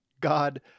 God